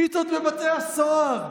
פיתות לבתי הסוהר.